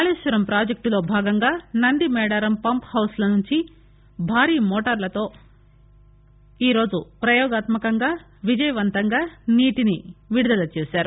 కాళేశ్వరం ప్రాజెక్టులో భాగంగా Nandi Medaram pump house ల నుండి భారీ మోటారుతో ఈరోజు ప్రయోగాత్మ కంగా విజయవంతంగా నీటిని విడుదల చేశారు